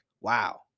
wow